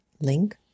link